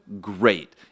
great